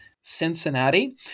Cincinnati